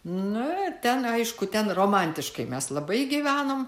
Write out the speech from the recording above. nu ten aišku ten romantiškai mes labai gyvenom